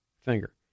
finger